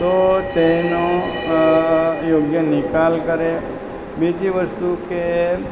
તો તેનો યોગ્ય નિકાલ કરે બીજી વસ્તુ કે